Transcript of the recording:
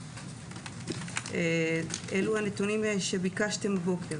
אלו הנתונים שביקשתם הבוקר.